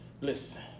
Listen